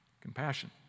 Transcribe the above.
Compassion